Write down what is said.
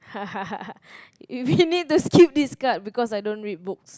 we need to skip this card because I don't read books